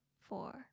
four